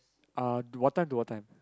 uh to what time to what time